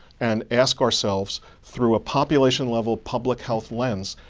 and ask ourselves, through a population level public health lens,